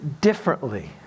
differently